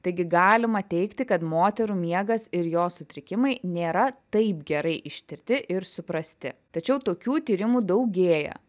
taigi galima teigti kad moterų miegas ir jo sutrikimai nėra taip gerai ištirti ir suprasti tačiau tokių tyrimų daugėja